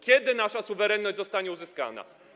Kiedy nasza suwerenność zostanie uzyskana?